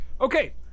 Okay